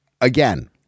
again